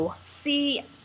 See